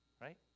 right